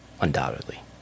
undoubtedly